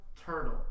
Turtle